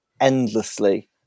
endlessly